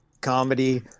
comedy